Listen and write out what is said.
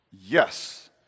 yes